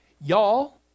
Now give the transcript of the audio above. y'all